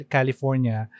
California